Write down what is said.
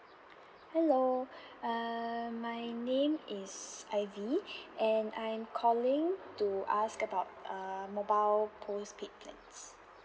hello uh my name is ivy and I am calling to ask about uh mobile postpaid plans